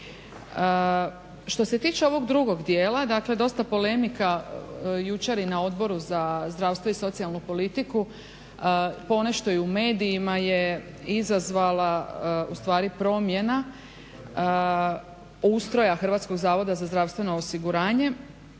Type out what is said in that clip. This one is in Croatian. Što se tiče ovog drugog dijela, dakle dosta polemika jučer i na Odboru za zdravstvo i socijalnu politiku ponešto i u medijima je izazvala ustvari promjena ustroja HZZO-a, a ta se promjena odnosi